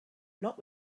not